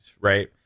right